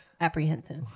apprehensive